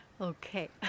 Okay